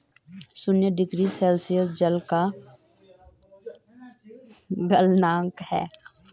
शून्य degree Celsius जल का गलनांक है